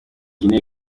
guinee